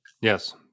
Yes